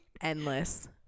endless